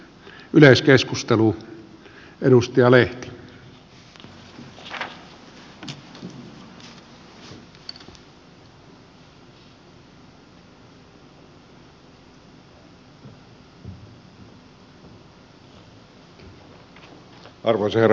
arvoisa herra puhemies